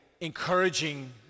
encouraging